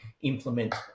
implement